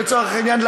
לצורך העניין,